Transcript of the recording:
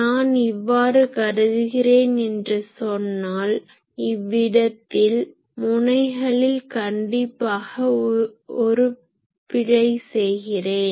நான் இவ்வாறு கருதுகிறேன் என்று சொன்னால் இவ்விடத்தில் முனைகளில் கண்டிப்பாக ஒரு பிழை செய்கிறேன்